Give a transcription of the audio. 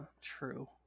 True